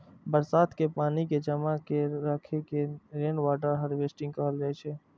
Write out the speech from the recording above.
बरसात के पानि कें जमा कैर के राखै के रेनवाटर हार्वेस्टिंग कहल जाइ छै